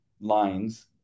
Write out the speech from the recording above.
lines